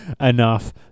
enough